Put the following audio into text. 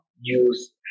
use